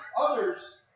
others